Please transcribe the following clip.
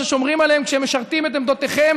ששומרים עליהם כשהם משרתים את עמדותיכם